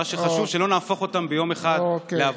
חשוב שלא נהפוך אותם ביום אחד לעבריינים.